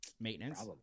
maintenance